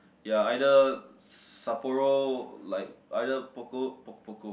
ya either Sapporo like either pokka pokka pokka